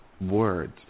words